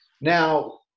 Now